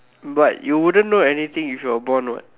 but you wouldn't know anything if you were born what